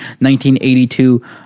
1982